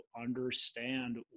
understand